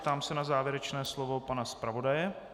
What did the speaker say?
Ptám se na závěrečné slovo pana zpravodaje.